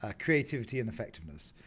ah creativity and effectiveness,